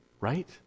Right